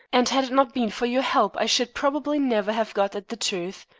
and had it not been for your help i should probably never have got at the truth,